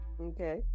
okay